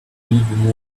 read